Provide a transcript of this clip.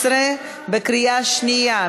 11) בקריאה שנייה.